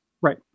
Right